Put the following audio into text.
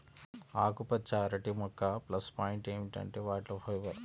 ఆకుపచ్చ అరటి యొక్క ప్లస్ పాయింట్ ఏమిటంటే వాటిలో ఫైబర్